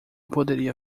poderia